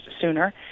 sooner